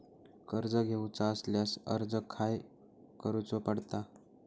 कर्ज घेऊचा असल्यास अर्ज खाय करूचो पडता?